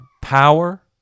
power